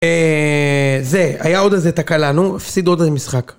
זה, היה עוד איזה תקלה, נו, הפסידו עוד משחק.